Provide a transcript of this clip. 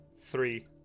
three